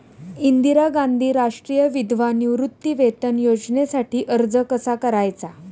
इंदिरा गांधी राष्ट्रीय विधवा निवृत्तीवेतन योजनेसाठी अर्ज कसा करायचा?